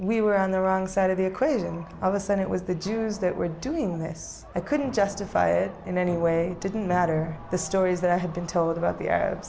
we were on the wrong side of the equation of us and it was the jews that were doing this i couldn't justify it in any way didn't matter the stories that i have been told about the a